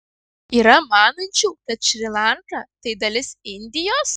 yra manančių kad šri lanka tai dalis indijos